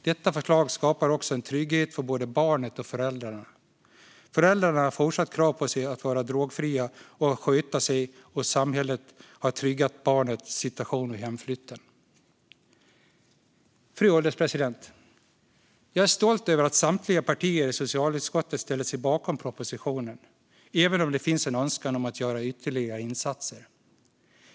Detta förslag skapar också en trygghet för både barnet och föräldrarna. Föräldrarna har fortsatt krav på sig att vara drogfria och sköta sig, och samhället har tryggat barnets situation vid hemflytten. Fru ålderspresident! Jag är stolt över att samtliga partier i socialutskottet ställer sig bakom propositionen, även om det finns en önskan om att göra ytterligare insatser.